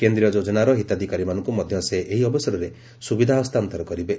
କେନ୍ଦୀୟ ଯୋଜନାର ହିତାଧିକାରୀମାନଙ୍କୁ ମଧ୍ୟ ସେ ଏହି ଅବସରରେ ସୁବିଧା ହସ୍ତାନ୍ତର କରିବେ